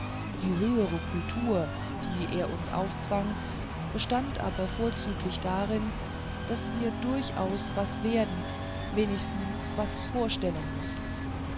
die höhere kultur die er uns aufzwang bestand aber vorzüglich darin daß wir durchaus was werden wenigstens was vorstellen mußten